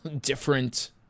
different